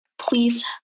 Please